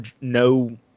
no